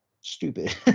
stupid